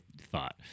thought